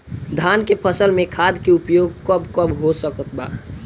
धान के फसल में खाद के उपयोग कब कब हो सकत बा?